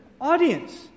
audience